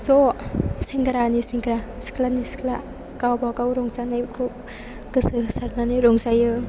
ज' सेंग्रानि सेंग्रा सिख्लानि सिख्ला गावबागाव रंजानायखौ गोसो होसारनानै रंजायो